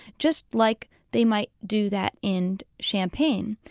just like they might do that in champagne.